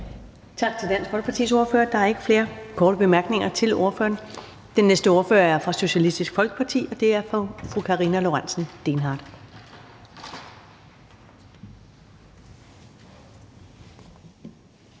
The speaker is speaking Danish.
Tak til Dansk Folkepartis ordfører. Der er ikke korte bemærkninger til ordføreren. Den næste ordfører kommer fra Socialistisk Folkeparti, og det er fru Anne Valentina